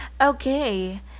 okay